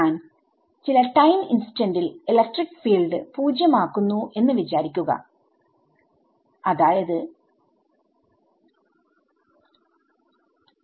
ഞാൻ ചില ടൈം ഇൻസ്റ്റന്റിൽ ഇലക്ട്രിക് ഫീൽഡ് 0 ആക്കുന്നു എന്ന് വിചാരിക്കുക അതായത് t0